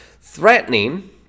threatening